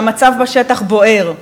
כשהמצב בשטח בוער.